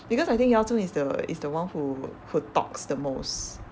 because I think yao zhong is the is the one who who talks the most